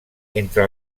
entre